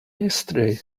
yesterday